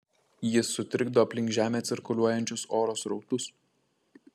jis sutrikdo aplink žemę cirkuliuojančius oro srautus